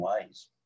ways